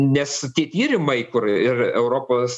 nes tie tyrimai kur ir europos